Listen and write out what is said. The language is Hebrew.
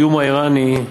האיום האיראני,